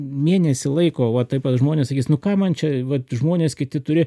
mėnesį laiko va taip vat žmonės sakys nu ką man čia vat žmonės kiti turi